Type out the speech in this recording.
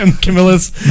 Camilla's